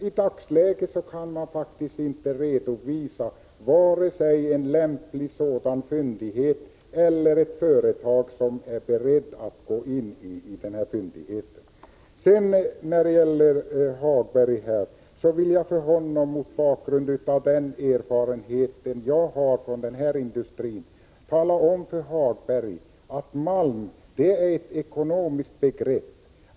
I dagsläget kan man faktiskt inte redovisa vare sig en lämplig fyndighet eller ett företag som är berett att bearbeta fyndigheten. Mot bakgrund av den erfarenhet jag har av den här industrin vill jag tala om för Lars-Ove Hagberg att malm är ett ekonomiskt begrepp.